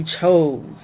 chose